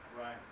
Right